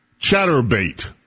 Chatterbait